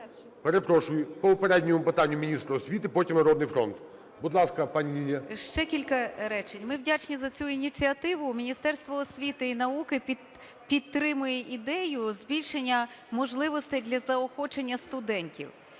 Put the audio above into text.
Перепрошую. По попередньому питанню міністр освіти, потім - "Народний фронт". Будь ласка, пані Лілія. 10:54:19 ГРИНЕВИЧ Л.М. Ще кілька речень. Ми вдячні за цю ініціативу, Міністерство освіти і науки підтримує ідею збільшення можливостей для заохочення студентів.